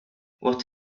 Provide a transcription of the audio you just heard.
what